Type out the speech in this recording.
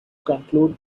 conclude